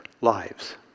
lives